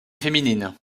féminine